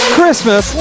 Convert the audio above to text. Christmas